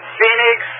Phoenix